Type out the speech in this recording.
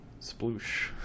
sploosh